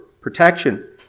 protection